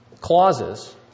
clauses